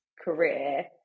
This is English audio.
career